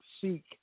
seek